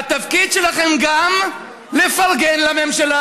והתפקיד שלכם גם לפרגן לממשלה.